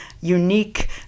Unique